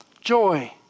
joy